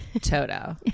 Toto